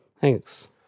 Thanks